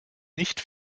nicht